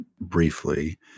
briefly